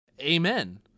Amen